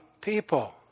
people